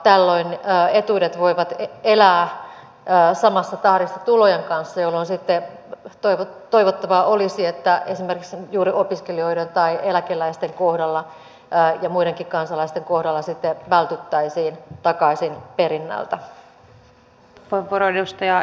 tällöin etuudet voivat elää samassa tahdissa tulojen kanssa jolloin sitten toivottavaa olisi että esimerkiksi juuri opiskelijoiden tai eläkeläisten ja muidenkin kansalaisten kohdalla sitten vältyttäisiin takaisinperinnältä